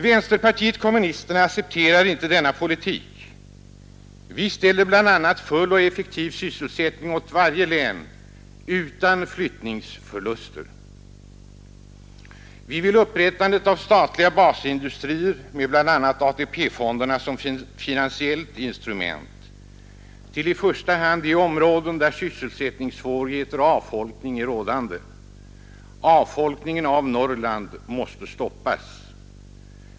Vänsterpartiet kommunisterna accepterar inte denna politik. Vi kräver bl.a. full och effektiv sysselsättning åt varje län utan flyttningsförluster. Vi vill upprättandet av statliga basindustrier med bl.a. AP-fonderna som finansiellt instrument, i första hand i de områden där sysselsättningssvårigheter och avfolkning är rådande. Avfolkningen av Norrland måste stoppas.